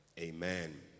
amen